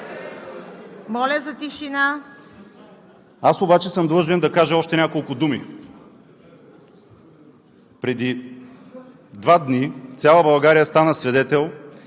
ПЛАМЕН ХРИСТОВ: Аз обаче съм длъжен да кажа още няколко думи. Преди два дни цяла България стана свидетел